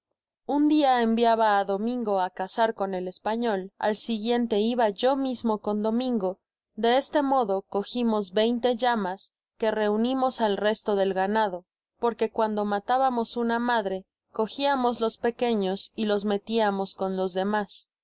un dia enviaba á domingo á cazar coa el español al dia siguiente iba yo mismo con domingo de este modo cogimos veinte llamas que reunimos al resto del ganado porque cuando matabamos una madre cogiamus los pequeños y ios metiamos con los demas por